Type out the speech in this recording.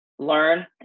learn